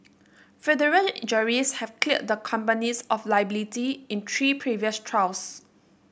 federal juries have cleared the companies of liability in three previous trials